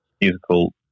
musical